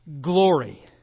glory